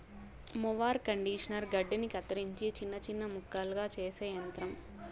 mower conditioner గడ్డిని కత్తిరించి చిన్న చిన్న ముక్కలుగా చేసే యంత్రం